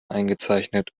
eingezeichnet